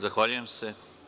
Zahvaljujem se.